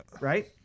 right